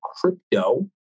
crypto